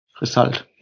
result